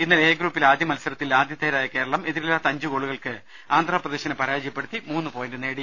ഇന്നലെ എ ഗ്രൂപ്പിലെ ആദ്യമത്സരത്തിൽ ആതിഥേയരായ കേരളം എതിരില്ലാത്ത അഞ്ച് ഗോളുകൾക്ക് ആന്ധ്രപ്രദേശിനെ പരാജയപ്പെടുത്തി മൂന്ന് പോയിന്റ് നേടി